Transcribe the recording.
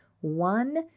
one